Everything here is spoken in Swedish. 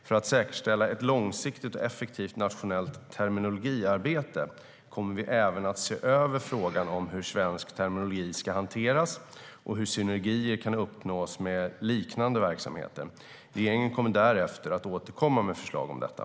För att säkerställa ett långsiktigt och effektivt nationellt terminologiarbete kommer vi även att se över frågan om hur svensk terminologi ska hanteras och hur synergier kan uppnås med liknande verksamheter. Regeringen kommer därefter att återkomma med förslag om detta.